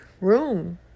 room